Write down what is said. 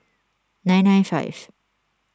nine nine five